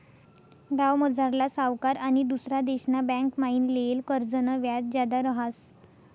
गावमझारला सावकार आनी दुसरा देशना बँकमाईन लेयेल कर्जनं व्याज जादा रहास